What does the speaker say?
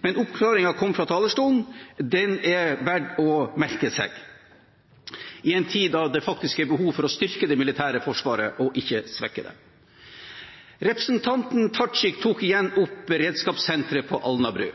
Men oppklaringen kom fra talerstolen, og den er verd å merke seg i en tid da det faktisk er behov for å styrke det militære forsvaret, ikke svekke det. Representanten Tajik tok igjen opp beredskapssenteret på Alnabru.